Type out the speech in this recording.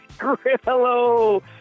Hello